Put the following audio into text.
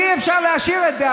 אי-אפשר להשאיר את זה.